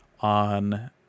on